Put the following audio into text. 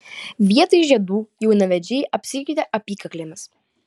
vietoj žiedų jaunavedžiai apsikeitė apykaklėmis